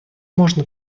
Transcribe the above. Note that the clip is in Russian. можно